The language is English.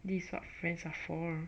these are what friends are for